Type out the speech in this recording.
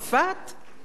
ממש לא.